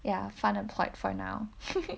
ya fun employed for now